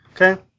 Okay